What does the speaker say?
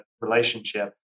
relationship